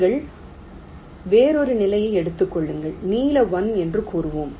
நீங்கள் வேறொரு நிலையை எடுத்துக் கொள்ளுங்கள் நீல 1 என்று கூறுவோம்